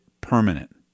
permanent